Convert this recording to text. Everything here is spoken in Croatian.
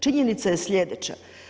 Činjenica je sljedeća.